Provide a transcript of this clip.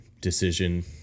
decision